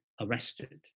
arrested